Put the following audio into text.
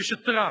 מי ש"טראח"